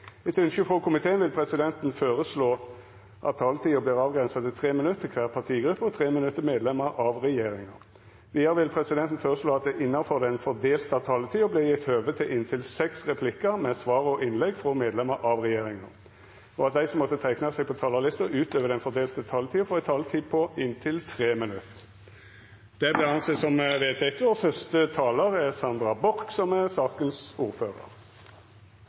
Etter ynske frå transport- og kommunikasjonskomiteen vil presidenten føreslå at taletida vert avgrensa til 3 minutt til kvar partigruppe og 3 minutt til medlemer av regjeringa. Vidare vil presidenten føreslå at det – innanfor den fordelte taletida – vert gjeve høve til inntil seks replikkar med svar etter innlegg frå medlemer av regjeringa, og at dei som måtte teikna seg på talarlista utover den fordelte taletida, får ei taletid på inntil 3 minutt. – Det er vedteke. Komiteen er